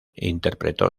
interpretó